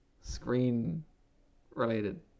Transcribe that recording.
screen-related